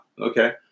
Okay